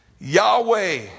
Yahweh